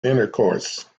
intercourse